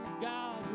God